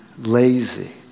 lazy